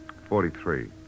Forty-three